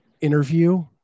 interview